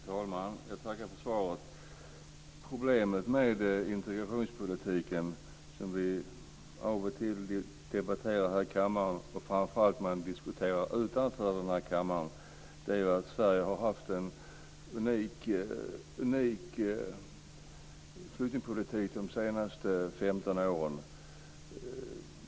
Fru talman! Jag tackar för svaret. Problemet med integrationspolitiken - som vi av och till debatterar här i kammaren, och som framför allt diskuteras utanför denna kammare - är att Sverige har haft en unik flyktingpolitik de senaste 15 åren.